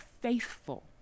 faithful